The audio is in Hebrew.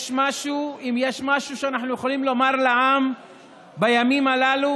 אם יש משהו שאנחנו יכולים לומר לעם בימים הללו